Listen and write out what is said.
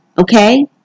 Okay